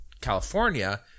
California